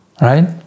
right